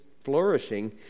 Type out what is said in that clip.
flourishing